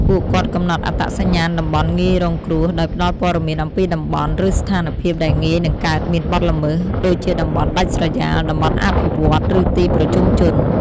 ពួកគាត់កំណត់អត្តសញ្ញាណតំបន់ងាយរងគ្រោះ ដោយផ្ដល់ព័ត៌មានអំពីតំបន់ ឬស្ថានភាពដែលងាយនឹងកើតមានបទល្មើស ដូចជាតំបន់ដាច់ស្រយាល តំបន់អភិវឌ្ឍន៍ ឬទីប្រជុំជន។